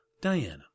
Diana